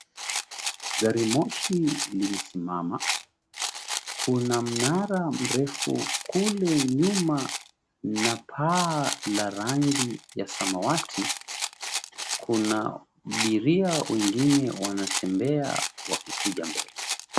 Gari moshi limesimama. Kuna mnara mrefu kule nyuma na paa la rangi ya samawati. Kuna abiria wengine wanatembea wakikuja mbele.